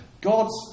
God's